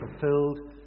fulfilled